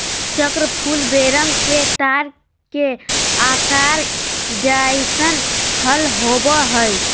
चक्र फूल वेरम के तार के आकार जइसन फल होबैय हइ